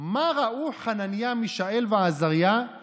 ואולי הרבה אנשים לא יודעים את זה,